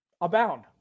abound